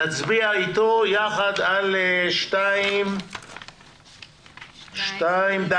נצביע יחד אתו על סעיף 2(ד).